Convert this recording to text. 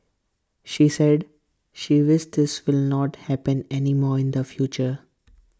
she said she this will not happen anymore in the future